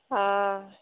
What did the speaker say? हँ